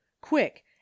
quick